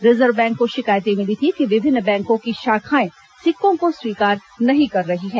reserve bank को शिकायतें मिली थी कि विभिन्न बैंको की शाखाएं सिक्कों को स्वीकार नहीं कर रही है